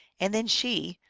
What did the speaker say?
and then she,